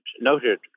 noted